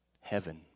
Heaven